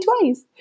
twice